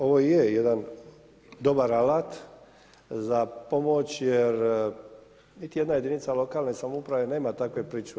Ovo je jedan dobar alat za pomoć jer niti jedna jedinica lokalne samouprave nema takve pričuve.